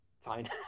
fine